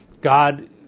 God